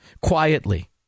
Quietly